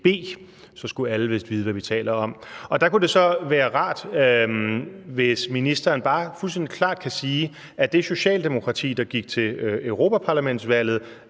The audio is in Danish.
så skulle alle vist vide, hvad vi taler om – og der kunne det være rart, hvis ministeren fuldstændig klart bare kan sige, at det Socialdemokrati, der gik til europaparlamentsvalg,